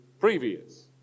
previous